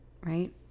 Right